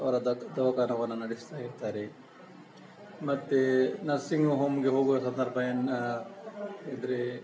ಅವರ ದವಕ ದವಖಾನೆಯನ್ನ ನಡೆಸ್ತಾ ಇರ್ತಾರೆ ಮತ್ತು ನರ್ಸಿಂಗ್ ಹೋಂಗೆ ಹೋಗುವ ಸಂದರ್ಭ ಏನು ಇದ್ದರೆ